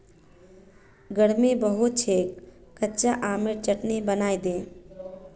गर्मी बहुत छेक कच्चा आमेर चटनी बनइ दे